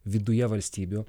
viduje valstybių